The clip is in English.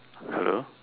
hello